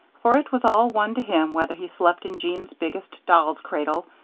for it was all one to him whether he slept in jean's biggest doll's cradle,